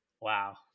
Wow